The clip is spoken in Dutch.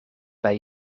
bij